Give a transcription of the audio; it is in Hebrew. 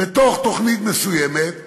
בתוך תוכנית מסוימת,